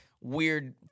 weird